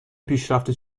پیشرفت